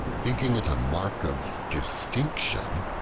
thinking it a mark of distinction,